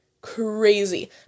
crazy